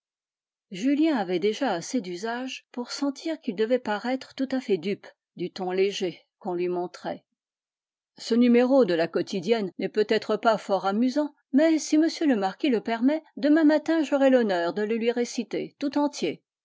julien avait déjà assez d'usage pour sentir qu'il devait paraître tout à fait dupe du ton léger qu'on lui montrait ce numéro de la quotidienne n'est peut-être pas fort amusant mais si monsieur le marquis le permet demain matin j'aurai l'honneur de le lui réciter tout entier